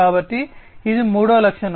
కాబట్టి ఇది మూడవ లక్షణం